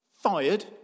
Fired